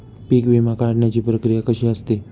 पीक विमा काढण्याची प्रक्रिया कशी असते?